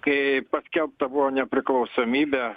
kai paskelbdavo nepriklausomybę